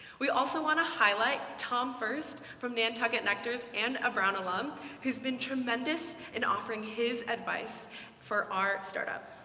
we also want to highlight tom first, from nantucket nectars and a brown alum who's been tremendous in offering his advice for our startup.